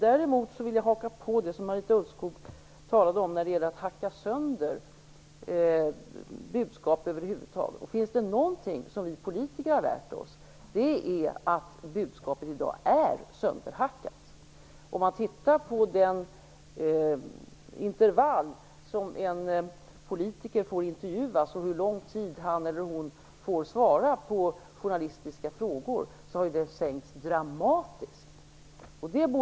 Däremot vill jag haka på det som Marita Ulvskog sade om att hacka sönder budskap. Om det finns någonting som vi politiker har lärt oss, är det att budskapet i dag är sönderhackat. Man kan se under vilken tidsintervall en politiker intervjuas och hur lång tid han eller hon får för att svara på journalistiska frågor. Den tiden har minskat dramatiskt.